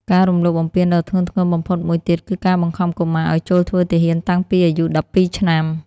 ការរំលោភបំពានដ៏ធ្ងន់ធ្ងរបំផុតមួយទៀត គឺការបង្ខំកុមារឱ្យចូលធ្វើទាហានតាំងពីអាយុ ១២ ឆ្នាំ។